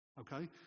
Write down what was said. okay